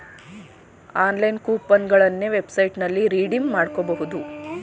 online coupon ಗಳನ್ನ ವೆಬ್ಸೈಟ್ನಲ್ಲಿ redeem ಮಾಡ್ಕೋಬಹುದು